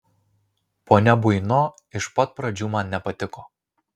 ponia buino iš pat pradžių man nepatiko